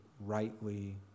rightly